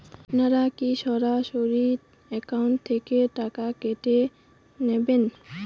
আপনারা কী সরাসরি একাউন্ট থেকে টাকা কেটে নেবেন?